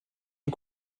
une